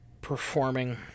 performing